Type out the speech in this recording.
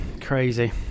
Crazy